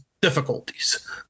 difficulties